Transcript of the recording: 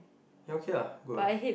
you okay ah good ah